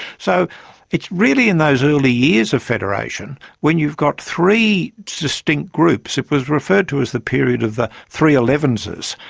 so it's really in those early years of federation when you've got three distinct groups. it was referred to as the period of the three elevenses,